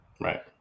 Right